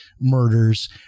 murders